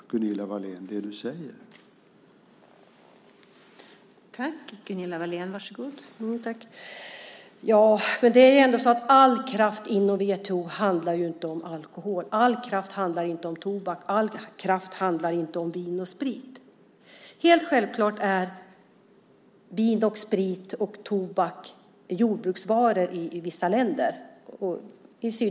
Det du säger hänger inte ihop, Gunilla Wahlén.